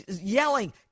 yelling